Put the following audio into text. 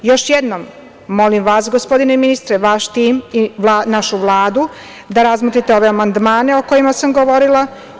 Još jednom, molim vas gospodine ministre, vaš tim i našu Vladu da razmotrite ove amandmane o kojima sam govorila.